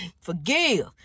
Forgive